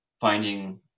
finding